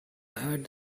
had